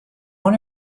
one